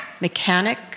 mechanic